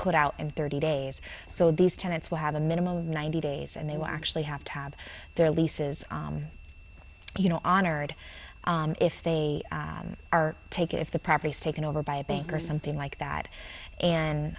put out and thirty days so these tenants will have a minimum of ninety days and they will actually have tab their leases you know honored if they are take if the properties taken over by a bank or something like that and